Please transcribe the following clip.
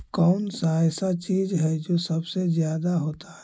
कौन सा ऐसा चीज है जो सबसे ज्यादा होता है?